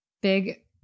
Big